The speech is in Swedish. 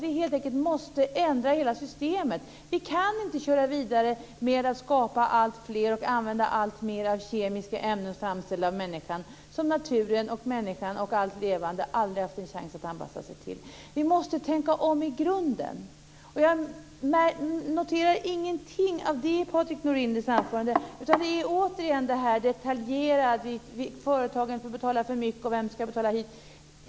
Vi måste helt enkelt ändra hela systemet. Vi kan inte köra vidare med att skapa alltfler och använda alltmer av människoframställda kemiska ämnen som naturen och allt levande aldrig har haft en chans att anpassa sig till. Vi måste tänka om i grunden. Jag noterar ingenting av detta i Patrik Norinders anförande, utan där återkommer ett detaljerat resonemang om företagen som får betala för mycket och om vem som ska betala vad.